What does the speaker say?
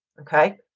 okay